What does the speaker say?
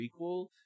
prequel